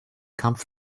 kampf